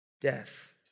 death